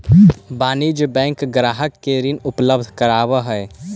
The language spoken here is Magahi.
वाणिज्यिक बैंक ग्राहक के ऋण उपलब्ध करावऽ हइ